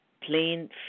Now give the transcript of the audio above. plain